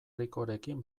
ricorekin